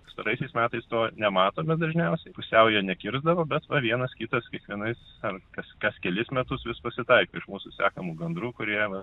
pastaraisiais metais to nematome dažniausiai pusiaujo nekirsdavo bet va vienas kitas kiekvienais ar kas kas kelis metus vis pasitaiko iš mūsų sekamų gandrų kurie va